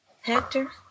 Hector